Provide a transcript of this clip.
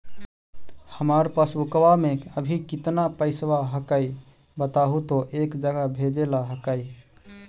हमार पासबुकवा में अभी कितना पैसावा हक्काई बताहु तो एक जगह भेजेला हक्कई?